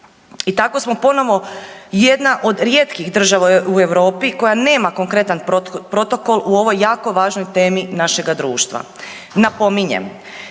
I tako smo ponovo jedna od rijetkih država u Europi koja nema konkretna protokol u ovoj jako važnoj temi našega društva. Napominjem,